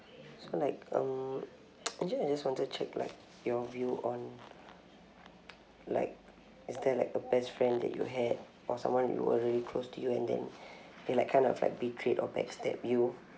so like um actually I just want to check like your view on like is there like a best friend that you had or someone you were really close to you and then they like kind of like betrayed or backstab you